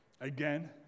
Again